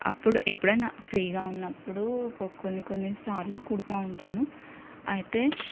అప్పుడు ఎప్పుడైనా ఫ్రీగా ఉన్నప్పుడు కొన్ని కొన్నిసార్లు కుడుతూ ఉంటాను అయితే